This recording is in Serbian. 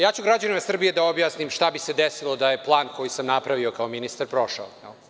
Ja ću građanima Srbije da objasnim šta bi se desilo da je plan koji sam napravio kao ministar prošao.